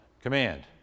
Command